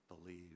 believe